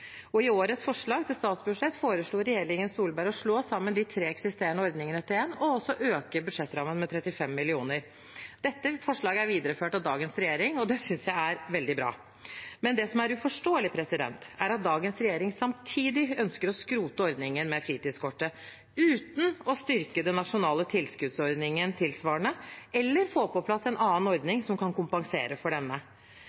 I årets forslag til statsbudsjett foreslo regjeringen Solberg å slå sammen de tre eksisterende ordningene til én og å øke budsjettrammen med 35 mill. kr. Dette forslaget er videreført av dagens regjering, og det synes jeg er veldig bra. Det som er uforståelig, er at dagens regjering samtidig ønsker å skrote ordningen med fritidskortet uten å styrke den nasjonale tilskuddsordningen tilsvarende eller få på plass en annen